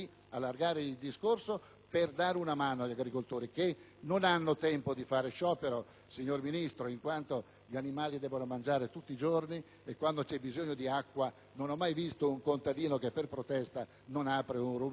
per dare una mano agli agricoltori, che non hanno tempo di fare sciopero, signor Sottosegretario, in quanto gli animali devono mangiare tutti i giorni e quando c'è bisogno di acqua non ho mai visto un contadino che per protesta non apre un rubinetto per l'irrigazione.